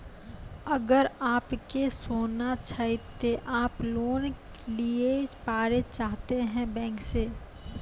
अगर आप के सोना छै ते आप लोन लिए पारे चाहते हैं बैंक से?